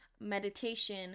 meditation